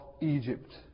Egypt